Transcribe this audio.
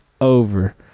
over